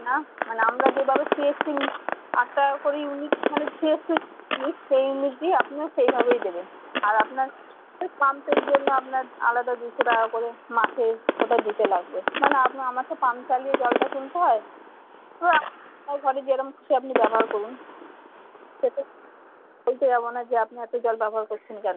না মানে আমরা যেভাবে সিইএসসি আট টাকা করে ইউনিট মানে সিইএসসি সেই ইউনিটই আপনিও সেইভাবেই দেবেন আর আপনার ওই পাম্পের জন্য আপনার আলাদা দুশো টাকা করে মাসে ওটা দিতে লাগবে মানে আপনার আমাকে পাম্প চালিয়ে জলটা তুলতে হয় তো ঘরে যেরকম খুশি আপনি ব্যবহার করুন সে তো বলতে যাব না যে আপনি এত জল ব্যবহার করছেন কেন